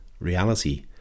reality